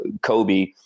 Kobe